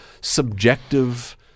subjective